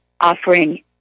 offering